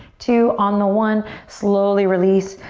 two. on the one, slowly release.